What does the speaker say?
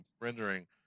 rendering